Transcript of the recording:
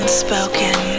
Unspoken